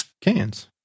cans